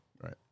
Right